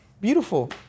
Beautiful